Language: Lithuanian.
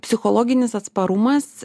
psichologinis atsparumas